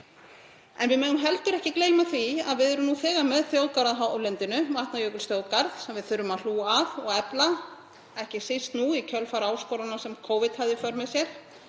Við megum heldur ekki gleyma því að við erum nú þegar með þjóðgarð á hálendinu, Vatnajökulsþjóðgarð, sem við þurfum að hlúa að og efla, ekki síst í kjölfar áskorana sem Covid hafði í för með sér.